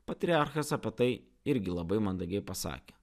patriarchas apie tai irgi labai mandagiai pasakė